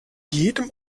jedem